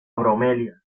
bromelias